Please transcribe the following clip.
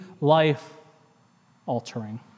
life-altering